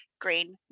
green